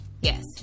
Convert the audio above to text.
Yes